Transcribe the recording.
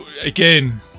again